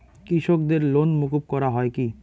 কৃষকদের লোন মুকুব করা হয় কি?